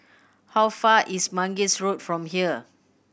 how far is Mangis Road from here